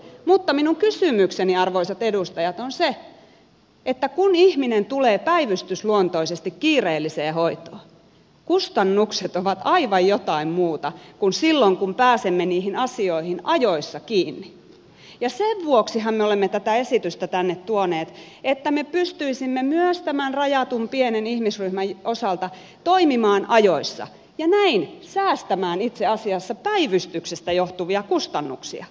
mutta minun kysymykseni arvoisat edustajat on se että kun ihminen tulee päivystysluontoisesti kiireelliseen hoitoon kustannukset ovat aivan jotain muuta kuin silloin kun pääsemme niihin asioihin ajoissa kiinni ja sen vuoksihan me olemme tätä esitystä tänne tuoneet että me pystyisimme myös tämän rajatun pienen ihmisryhmän osalta toimimaan ajoissa ja näin säästämään itse asiassa päivystyksestä johtuvia kustannuksia